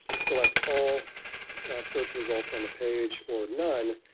select all search results on the page or none.